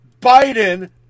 Biden